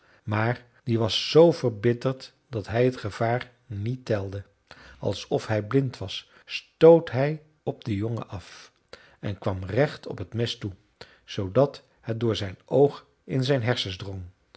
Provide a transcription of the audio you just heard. maar die was zoo verbitterd dat hij het gevaar niet telde alsof hij blind was stoof hij op den jongen af en kwam recht op het mes toe zoodat het door zijn oog in zijn hersens drong